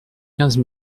quinze